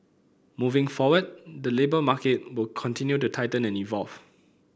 moving forward the labour market will continue to tighten and evolve